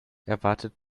erwartet